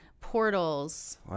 portals